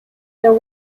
there